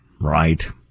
Right